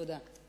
תודה.